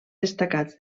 destacats